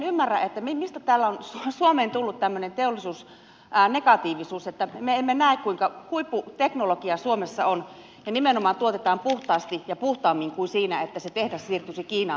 minä en ymmärrä mistä on suomeen tullut tämmöinen teollisuusnegatiivisuus että me em me näe kuinka huipputeknologiaa suomessa on ja nimenomaan tuotetaan puhtaasti ja puhtaammin kuin siinä että se tehdas siirtyisi kiinaan tuottamaan terästä